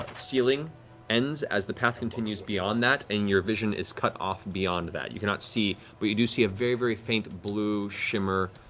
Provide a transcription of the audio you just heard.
ceiling ends as the path continues beyond that, and your vision is cut off beyond that. you cannot see, but you do see a very very faint blue shimmer